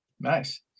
Nice